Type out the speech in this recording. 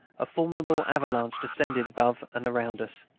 a formidable avalanche descended above and around us.